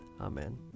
Amen